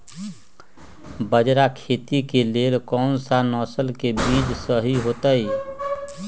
बाजरा खेती के लेल कोन सा नसल के बीज सही होतइ?